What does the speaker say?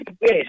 Yes